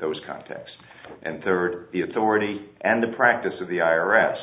those contacts and third the authority and the practice of the i r s